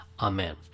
Amen